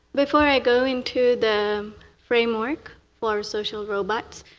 before i go into the framework for social robots,